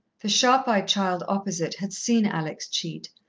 the sharp-eyed child opposite had seen alex cheat,